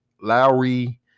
Lowry